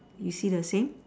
you see the same